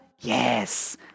Yes